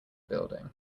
building